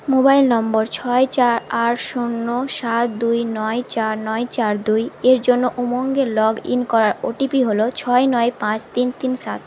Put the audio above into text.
mobile নম্বর ছয় চার আট শূন্য সাত দুই নয় চার নয় চার দুই এর জন্য উমঙে লগ ইন করার ওটিপি হলো ছয় নয় পাঁচ তিন তিন সাত